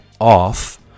off